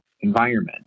environment